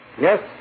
Yes